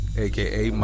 aka